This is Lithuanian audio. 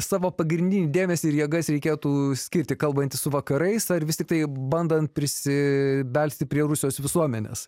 savo pagrindinį dėmesį ir jėgas reikėtų skirti kalbantis su vakarais ar vis tiktai bandant prisibelsti prie rusijos visuomenės